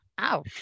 Ow